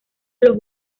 los